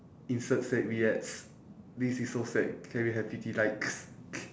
insert sad we ads this is so sad can we have pity likes